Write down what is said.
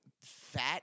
fat